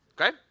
okay